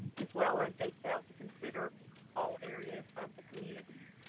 as well as they fail to consider all areas of the community.